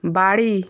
বাড়ি